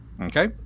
Okay